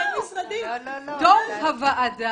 היא נקראת "דו"ח הוועדה